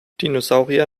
dinosaurier